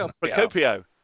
Procopio